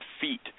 feet